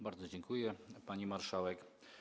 Bardzo dziękuję, pani marszałek.